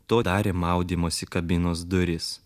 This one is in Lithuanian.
to darė maudymosi kabinos duris